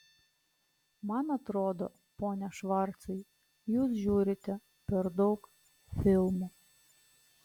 man atrodo pone švarcai jūs žiūrite per daug filmų